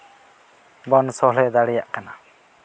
ᱵᱚᱱ ᱥᱚᱞᱦᱮ ᱫᱟᱲᱮ ᱟᱜ ᱠᱟᱱᱟ